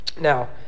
Now